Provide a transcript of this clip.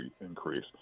increase